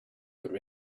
could